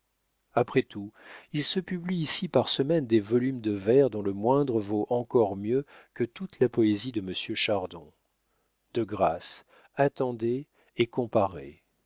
après tout il se publie ici par semaine des volumes de vers dont le moindre vaut encore mieux que toute la poésie de monsieur chardon de grâce attendez et comparez